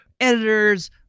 editors